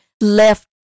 left